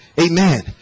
Amen